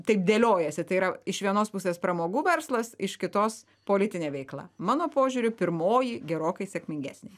taip dėliojasi tai yra iš vienos pusės pramogų verslas iš kitos politinė veikla mano požiūriu pirmoji gerokai sėkmingesnė